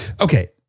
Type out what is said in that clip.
Okay